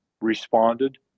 responded